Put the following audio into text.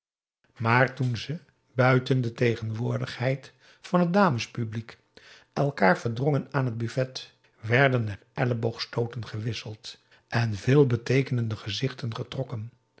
maar toen ze buiten de tegenwoordigheid van het dames publiek elkaar verdrongen aan het buffet werden er elleboogstooten gewisseld en veelbeteekende gezichten getrokken